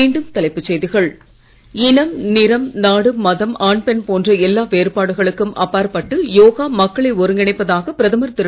மீண்டும் தலைப்புச் செய்திகள் இனம் நிறம் நாடு மதம் ஆண் பெண் போன்ற எல்லா வேறுபாடுகளுக்கும் மக்களை ஒருங்கிணைப்பதாக பிரதமர் திரு